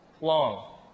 long